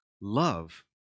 love